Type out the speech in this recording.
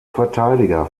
verteidiger